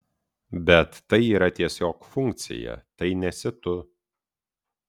bet tai yra tiesiog funkcija tai nesi tu